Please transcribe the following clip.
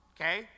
okay